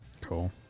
Cool